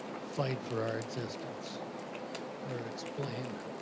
fight for our existence or explain